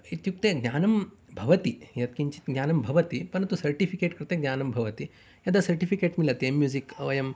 इत्युक्ते ज्ञानं भवति यत्किञ्चित् ज्ञानं भवति परन्तु सर्टिफिकेट् कृते ज्ञानं भवति यदा सर्टिफिकेट् मिलति एम् म्यूसिक् वयं